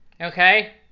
Okay